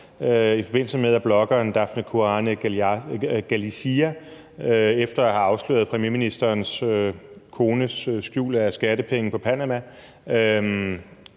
i forbindelse med bloggeren Daphne Caruana Galizia, som har afsløret premierministerens kones skjul af skattepenge i Panama.